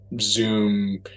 Zoom